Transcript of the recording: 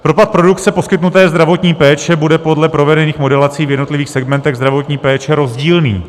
Propad produkce poskytnuté zdravotní péče bude podle provedených modelací v jednotlivých segmentech zdravotní péče rozdílný.